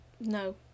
no